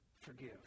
forgive